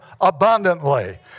abundantly